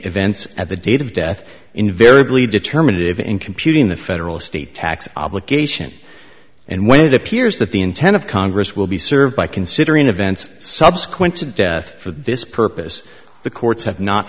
events at the date of death invariably determinative in computing the federal or state tax obligation and when it appears that the intent of congress will be served by considering events subsequent to death for this purpose the courts have not